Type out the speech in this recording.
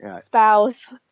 spouse